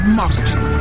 marketing